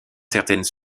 certaines